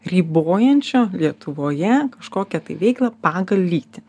ribojančio lietuvoje kažkokią tai veiklą pagal lytį